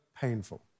painful